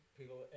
people